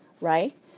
right